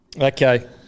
Okay